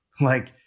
Like-